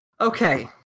Okay